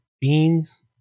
beans